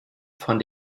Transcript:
von